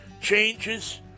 changes